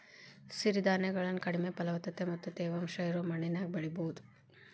ಸಿರಿಧಾನ್ಯಗಳನ್ನ ಕಡಿಮೆ ಫಲವತ್ತತೆ ಮತ್ತ ತೇವಾಂಶ ಇರೋ ಮಣ್ಣಿನ್ಯಾಗು ಬೆಳಿಬೊದು